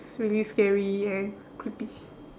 it's really scary and creepy